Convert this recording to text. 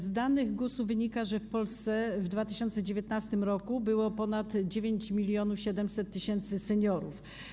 Z danych GUS-u wynika, że w Polsce w 2019 r. było ponad 9700 tys. seniorów.